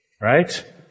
Right